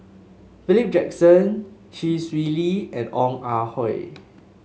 Philip Jackson Chee Swee Lee and Ong Ah Hoi